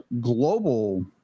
global